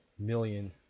million